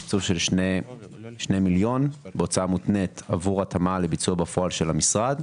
תקצוב של שני מיליון בהוצאה מותנית עבור התאמה לביצוע בפועל של המשרד,